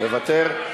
מוותר?